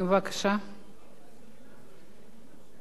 חבר הכנסת איתן כבל, שומעים אותך עד לכאן.